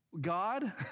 God